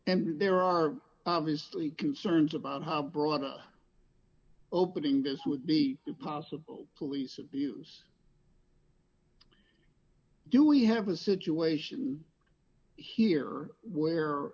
and there are obviously concerns about how broad opening this would be to possible police abuse do we have a situation here where